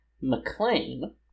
McLean